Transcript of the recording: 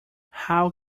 how